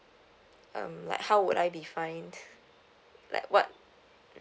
um like how would I be fine like what